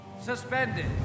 suspended